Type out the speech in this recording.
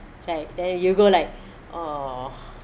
like then you go like oh